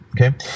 Okay